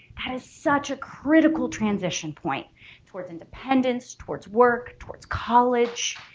that is such a critical transition point towards independence, towards work, towards college,